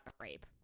rape